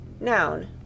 Noun